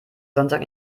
sonntag